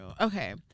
Okay